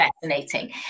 fascinating